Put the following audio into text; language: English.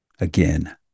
Again